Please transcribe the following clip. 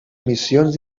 missions